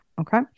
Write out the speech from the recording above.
Okay